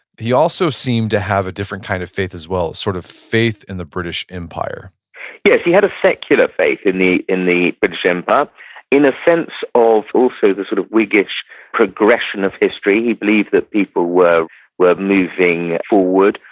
he also seemed to have a different kind of faith, as well, a sort of faith in the british empire yes, he had a secular faith in the in the british empire, but in a sense of also the sort of whiggish progression of history, he believed that people were were moving forward.